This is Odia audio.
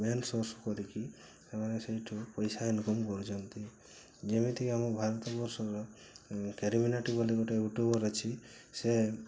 ମେନ୍ ସୋର୍ସ୍ କରିକି ସେମାନେ ସେଇଠୁ ପଇସା ଇନକମ୍ କରୁଛନ୍ତି ଯେମିତି ଆମ ଭାରତ ବର୍ଷର କ୍ୟାରି ମିନାଟି ବୋଲି ଗୋଟେ ୟୁ ଟ୍ୟୁବର୍ ଅଛି ସେ